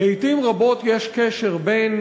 הערה אחרונה, פעמים רבות יש קשר בין,